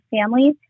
families